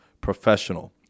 professional